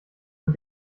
man